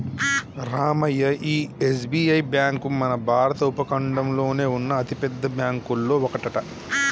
రామయ్య ఈ SBI bank మన భారత ఉపఖండంలోనే ఉన్న అతిపెద్ద బ్యాంకులో ఒకటట